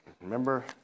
remember